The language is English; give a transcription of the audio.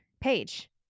page